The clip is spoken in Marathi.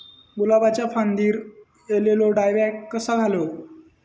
गुलाबाच्या फांदिर एलेलो डायबॅक कसो घालवं?